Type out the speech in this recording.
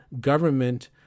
government